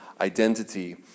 identity